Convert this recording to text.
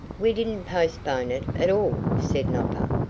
we didn't postpone it at all, said nopper.